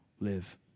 live